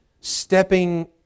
stepping